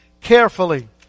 carefully